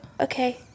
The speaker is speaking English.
Okay